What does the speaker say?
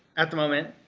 at the moment?